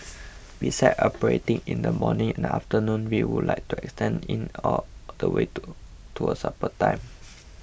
besides operating in the morning and afternoon we would like to extend in all the way to to a supper time